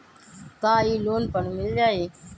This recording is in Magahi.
का इ लोन पर मिल जाइ?